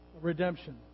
redemption